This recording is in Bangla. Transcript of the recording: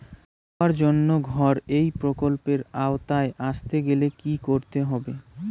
সবার জন্য ঘর এই প্রকল্পের আওতায় আসতে গেলে কি করতে হবে?